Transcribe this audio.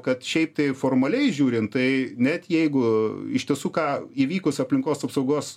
kad šiaip tai formaliai žiūrint tai net jeigu iš tiesų ką įvykus aplinkos apsaugos